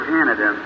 Canada